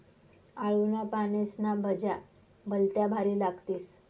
आळूना पानेस्न्या भज्या भलत्या भारी लागतीस